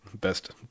best